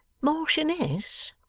marchioness,